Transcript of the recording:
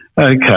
Okay